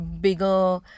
bigger